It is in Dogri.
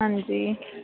हां जी